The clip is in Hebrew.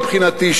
מבחינתי,